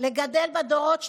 לגדל בה דורות שלמים,